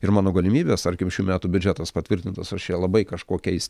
ir mano galimybes tarkim šių metų biudžetas patvirtintas aš čia labai kažko keis